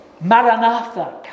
Maranatha